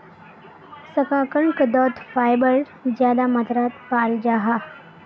शकार्कंदोत फाइबर ज्यादा मात्रात पाल जाहा